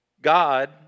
God